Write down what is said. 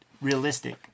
realistic